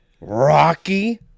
Rocky